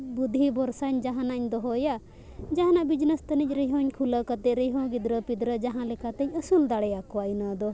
ᱵᱩᱫᱽᱫᱷᱤ ᱵᱚᱨᱥᱟᱧ ᱡᱟᱦᱟᱱᱟᱜ ᱤᱧ ᱫᱚᱦᱚᱭᱟ ᱡᱟᱦᱟᱱᱟᱜ ᱵᱤᱡᱽᱱᱮᱥ ᱛᱟᱹᱱᱤᱡ ᱨᱮᱦᱚᱧ ᱠᱷᱩᱞᱟᱹᱣ ᱠᱟᱛᱮ ᱨᱮᱦᱚᱸ ᱜᱤᱫᱽᱨᱟᱹ ᱯᱤᱫᱽᱨᱟᱹ ᱡᱟᱦᱟᱸ ᱞᱮᱠᱟᱛᱮᱧ ᱟᱹᱥᱩᱞ ᱫᱟᱲᱮᱭᱟᱠᱚᱣᱟ ᱤᱱᱟᱹ ᱫᱚ